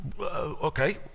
okay